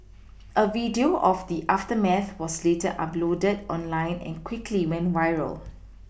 a video of the aftermath was later uploaded online and quickly went viral